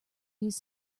use